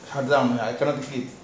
I cannot eat